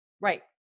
right